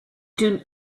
doing